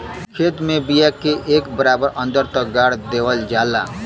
खेत में बिया के एक बराबर अन्दर तक गाड़ देवल जाला